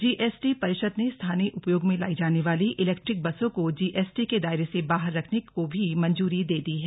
GST परिषद ने स्थानीय उपयोग में लाई जाने वाली इलेक्ट्रिक बसों को जीएसटी के दायरे से बाहर रखने को भी मंजूरी दे दी है